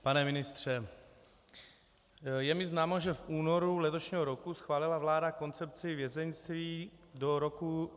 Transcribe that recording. Pane ministře, je mi známo, že v únoru letošního roku schválila vláda koncepci vězeňství do roku 2025.